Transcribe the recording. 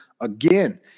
again